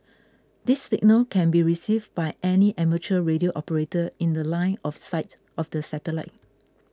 this signal can be received by any amateur radio operator in The Line of sight of the satellite